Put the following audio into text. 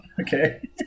Okay